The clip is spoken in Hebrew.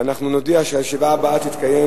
אנחנו נודיע שהישיבה הבאה תתקיים,